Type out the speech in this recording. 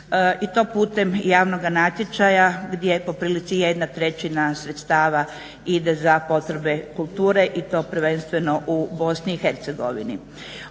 i to putem javnoga natječaja gdje po prilici jedna trećina sredstava ide za potrebe kulture i to prvenstveno u BiH.